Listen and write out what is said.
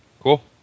Cool